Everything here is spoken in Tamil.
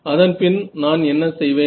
அதன்பின் நான் என்ன செய்வேன்